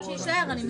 בבקשה.